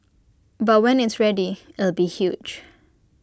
but when it's ready it'll be huge